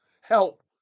help